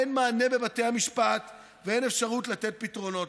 אין מענה בבתי המשפט ואין אפשרות לתת פתרונות.